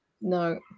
No